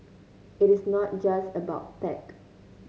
it is not just about tech